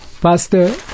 Pastor